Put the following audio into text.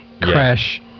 crash